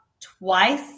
twice